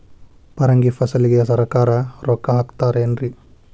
ಪರಂಗಿ ಫಸಲಿಗೆ ಸರಕಾರ ರೊಕ್ಕ ಹಾಕತಾರ ಏನ್ರಿ?